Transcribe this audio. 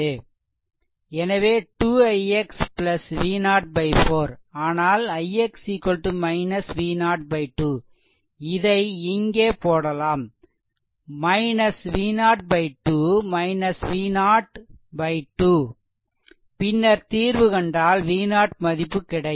எனவே 2 ix V0 4ஆனால் ix V0 2 இதை இங்கே போடலாம் V0 2 V0 2 பின்னர் தீர்வு கண்டால் V0 மதிப்பு கிடைக்கும்